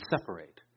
separate